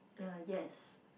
uh yes